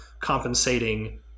compensating